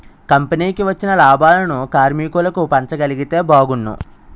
కంపెనీకి వచ్చిన లాభాలను కార్మికులకు పంచగలిగితే బాగున్ను